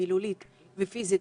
מילולית ופיזית,